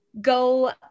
go